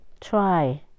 try